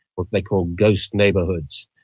what they call ghost neighbourhoods,